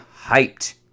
hyped